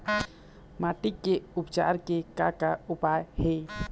माटी के उपचार के का का उपाय हे?